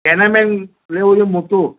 tenement લેવું છે મોટું